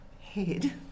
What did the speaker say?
head